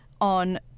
on